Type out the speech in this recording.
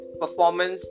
performance